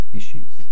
issues